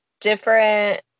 different